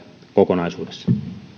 kokonaisuudessa